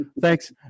Thanks